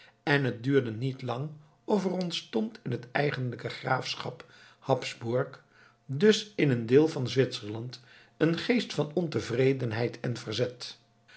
en het duurde niet lang of er ontstond in het eigenlijke graafschap habsburg dus in een deel van zwitserland een geest van ontevredenheid en verzet